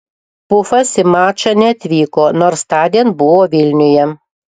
pufas į mačą neatvyko nors tądien buvo vilniuje